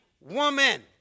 woman